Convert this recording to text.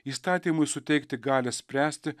įstatymui suteikti galią spręsti